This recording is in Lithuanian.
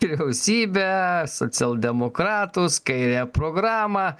vyriausybę socialdemokratus kairiąją programą